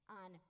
on